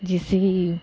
ऐसी